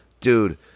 Dude